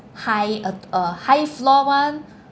high uh uh high floor [one]